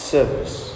Service